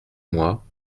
moi